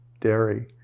dairy